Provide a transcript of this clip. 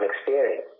experience